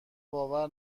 باور